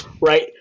right